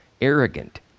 arrogant